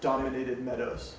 dominated meadows